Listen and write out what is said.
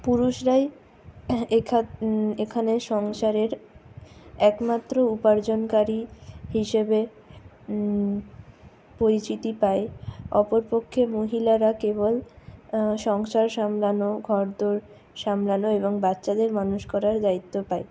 পুরুষরাই এখানে সংসারের একমাত্র উপার্জনকারী হিসেবে পরিচিতি পায় অপরপক্ষে মহিলারা কেবল সংসার সামলানো ঘর দোর সামলানো এবং বাচ্ছাদের মানুষ করার দায়িত্ব পায়